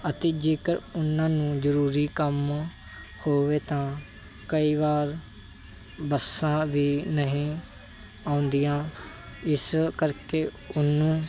ਅਤੇ ਜੇਕਰ ਉਨ੍ਹਾਂ ਨੂੰ ਜ਼ਰੂਰੀ ਕੰਮ ਹੋਵੇ ਤਾਂ ਕਈ ਵਾਰ ਬੱਸਾਂ ਵੀ ਨਹੀਂ ਆਉਂਦੀਆਂ ਇਸ ਕਰਕੇ ਉਹਨੂੰ